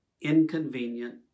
inconvenient